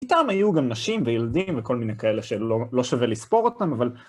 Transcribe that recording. איתם היו גם נשים וילדים וכל מיני כאלה שלא שווה לספור אותם, אבל...